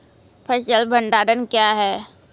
फसल भंडारण क्या हैं?